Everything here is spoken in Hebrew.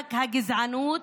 חיידק הגזענות,